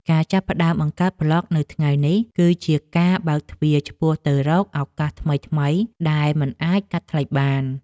ការចាប់ផ្ដើមបង្កើតប្លក់នៅថ្ងៃនេះ គឺជាការបើកទ្វារឆ្ពោះទៅរកឱកាសថ្មីៗដែលមិនអាចកាត់ថ្លៃបាន។